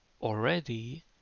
already